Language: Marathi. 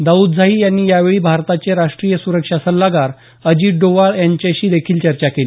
दाऊदझाई यांनी यावेळी भारताचे राष्ट्रीय सुरक्षा सल्लागार अजित डोवाल यांच्याशी देखील चर्चा केली